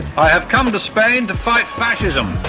i have come to spain to fight fascism.